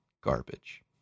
Garbage